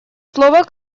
слово